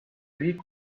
riik